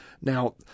Now